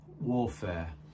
warfare